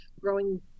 growing